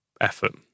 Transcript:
effort